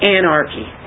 anarchy